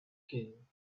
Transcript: king